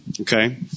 Okay